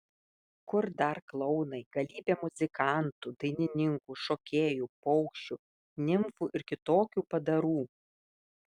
kur dar klounai galybė muzikantų dainininkų šokėjų paukščių nimfų ir kitokių padarų